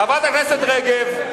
חברת הכנסת רגב.